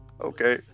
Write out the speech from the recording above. Okay